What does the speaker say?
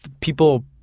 people